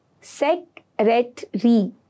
Secretary